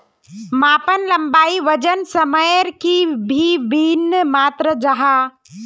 मापन लंबाई वजन सयमेर की वि भिन्न मात्र जाहा?